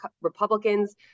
Republicans